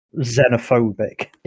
xenophobic